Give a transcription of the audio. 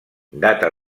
data